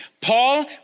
Paul